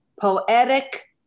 poetic